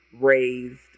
raised